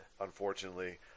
unfortunately